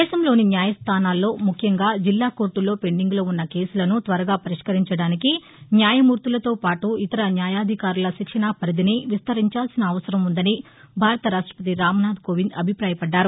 దేశంలోని న్యాయస్థానాల్లో ముఖ్యంగా జిల్లా కోర్టల్లో పెండింగ్లో ఉన్న కేసులను త్వరగా పరిష్కరించడానికి న్యాయమూర్తులతో పాటు ఇతర న్యాయాధికారుల శిక్షణాపరిధిని విస్తరించాల్సిన అవసరం ఉందని భారత రాష్టపతి రామ్ నాథ్ కోవింద్ అభిపాయపడ్డారు